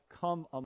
come